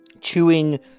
chewing